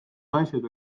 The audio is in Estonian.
naised